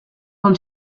com